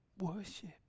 Worship